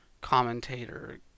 commentator